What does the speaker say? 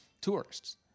tourists